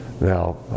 Now